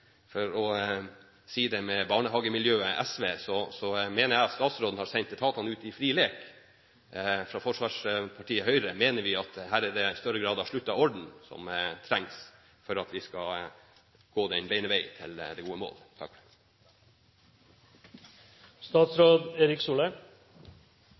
For å si det med barnehagepartiet SV mener jeg at statsråden har sendt etatene ut i fri lek. Forsvarspartiet Høyre mener at det er større grad av sluttet orden som trengs for at vi skal gå den beine vei til det gode mål.